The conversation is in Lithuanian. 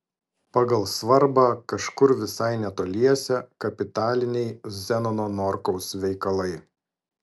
pagal svarbą kažkur visai netoliese kapitaliniai zenono norkaus veikalai